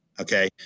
okay